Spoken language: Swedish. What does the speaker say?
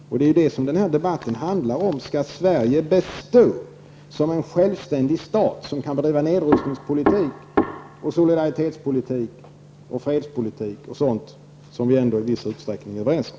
Den här debatten handlar också om huruvida Sverige skall bestå som en självständig stat som kan föra den nedrustnings-, solidaritets och fredspolitik som vi i viss utsträckning är överens om.